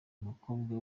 umukobwa